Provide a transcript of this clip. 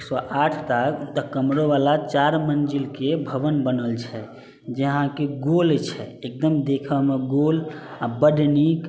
एक सओ आठ टा कमरावला चारि मंजिलके भवन बनल छै जे अहाँके गोल छै एकदम देखऽमे गोल आओर बड नीक बड